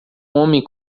homem